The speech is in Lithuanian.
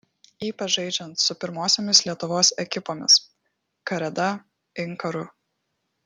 ypač žaidžiant su pirmosiomis lietuvos ekipomis kareda inkaru